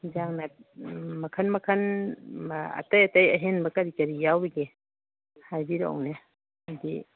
ꯌꯦꯟꯁꯥꯡ ꯃꯈꯜ ꯃꯈꯜ ꯑꯇꯩ ꯑꯇꯩ ꯑꯍꯦꯟꯕ ꯀꯔꯤ ꯀꯔꯤ ꯌꯥꯎꯔꯤꯒꯦ ꯍꯥꯏꯕꯤꯔꯛꯎꯅꯦ ꯍꯥꯏꯗꯤ